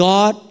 God